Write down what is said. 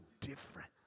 different